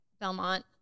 belmont